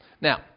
Now